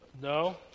No